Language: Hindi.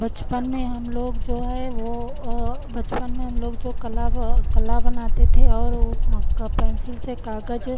बचपन में हमलोग जो है वो बचपन में हमलोग जो कला व कला बनाते थे और वो का पेन्सिल से कागज